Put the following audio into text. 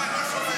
מה אתה שומע?